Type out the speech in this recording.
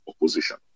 opposition